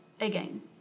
again